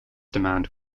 demand